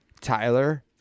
Tyler